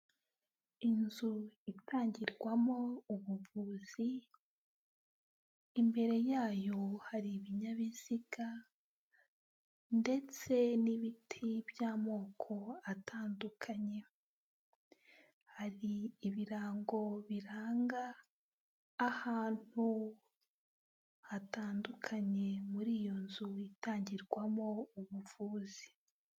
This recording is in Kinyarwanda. Inzu itangirwamo ubuvuzi, imbere yayo hari ibinyabiziga ndetse n'ibiti by'amoko atandukanye, hari ibirango biranga ahantu hatandukanye muri iyo nzu itangirwamo ubuvubuzi.